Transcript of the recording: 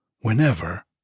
whenever